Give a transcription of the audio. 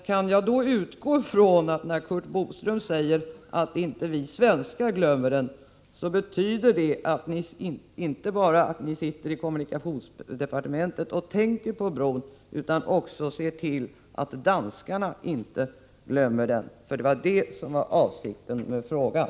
Kan jag utgå ifrån att det betyder att ni inte bara sitter i kommunikationsdepartementet och tänker på bron utan också ser till att danskarna inte glömmer den — det var det som var avsikten med frågan.